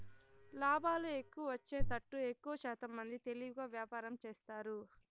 లాభాలు ఎక్కువ వచ్చేతట్టు ఎక్కువశాతం మంది తెలివిగా వ్యాపారం చేస్తారు